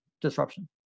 disruption